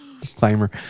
Disclaimer